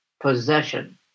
possession